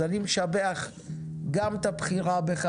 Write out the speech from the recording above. אז אני משבח גם את הבחירה בך,